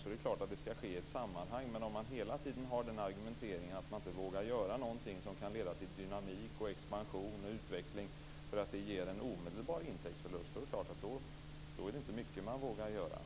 Det är klart att det skall ske i ett sammanhang. Men det är inte mycket man vågar göra om man hela tiden argumenterar att man inte vågar göra någonting som kan leda till dynamik, expansion och utveckling med en omedelbar intäktsförlust.